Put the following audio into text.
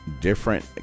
different